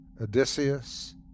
Odysseus